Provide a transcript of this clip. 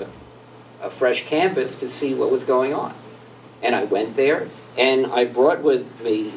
know a fresh campus to see what was going on and i went there and i brought with me